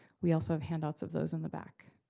we also have handouts of those in the back.